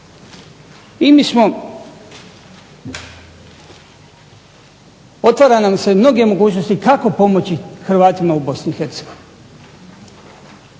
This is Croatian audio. I mi smo, otvara nam se mnoge mogućnosti kako pomoći Hrvatima u Bosni